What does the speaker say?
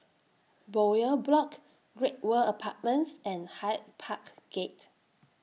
Bowyer Block Great World Apartments and Hyde Park Gate